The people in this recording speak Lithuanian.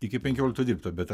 iki penkioliktų dirbta bet